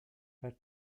per